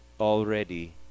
already